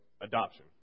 adoption